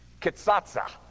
Kitsatsa